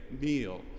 meal